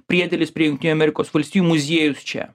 priedėlis prie jungtinių amerikos valstijų muziejus čia